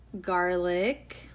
garlic